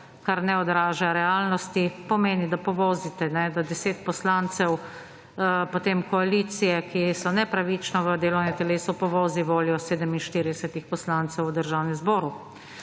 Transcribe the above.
kar ne odraža realnosti, pomeni, da povozite, kajne, da 10 poslancev potem koalicije, ki so nepravično v delovnem telesu, povozi voljo 47 poslancev v Državnem zboru.